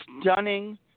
stunning